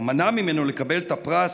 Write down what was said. או מנע ממנו לקבל את הפרס,